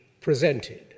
presented